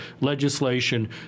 legislation